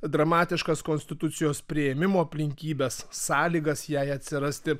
dramatiškas konstitucijos priėmimo aplinkybes sąlygas jai atsirasti